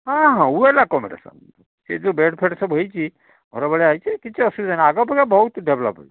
ହଁ ହଁ well accommodation ସେ ଯେଉଁ ବେଡ଼୍ ଫେଡ଼୍ ସବୁ ହେଇଛି ଘରଭଳିଆ ହେଇଛି କିଛି ଅସୁବିଧା ନାହିଁ ଆଗ ଅପେକ୍ଷା ବହୁତ ଡେଭ୍ଲୋପ୍